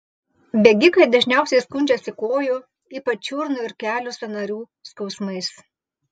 bėgikai dažniausiai skundžiasi kojų ypač čiurnų ir kelių sąnarių skausmais